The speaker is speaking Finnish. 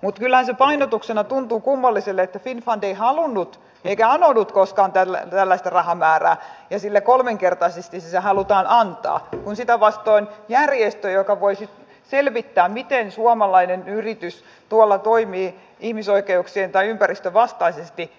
mutta kyllähän se painotuksena tuntuu kummalliselle että finnfund ei halunnut eikä anonut koskaan tällaista rahamäärää ja sille kolminkertaisesti sitä halutaan antaa kun sitä vastoin järjestölle joka voisi selvittää miten suomalainen yritys tuolla toimii ihmisoikeuksien tai ympäristön vastaisesti